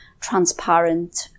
transparent